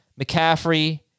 McCaffrey